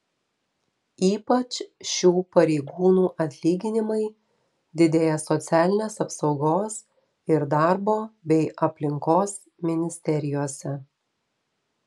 ypač šių pareigūnų atlyginimai didėjo socialinės apsaugos ir darbo bei aplinkos ministerijose